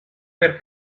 per